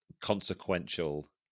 consequential